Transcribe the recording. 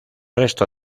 resto